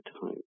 time